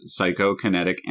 Psychokinetic